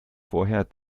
vorher